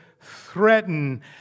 threaten